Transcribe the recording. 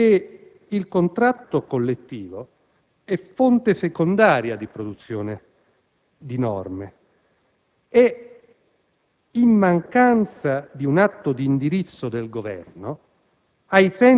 il contratto collettivo è fonte secondaria di produzione di norme e, in mancanza di un atto di indirizzo del Governo,